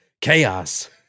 Chaos